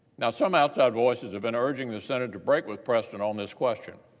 now, some outside voices have been urging the senate to break with precedent on this question.